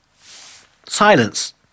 Silence